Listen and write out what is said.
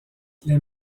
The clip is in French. les